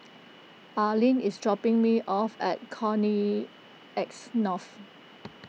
Arlin is dropping me off at Connexis North